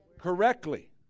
Correctly